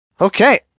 Okay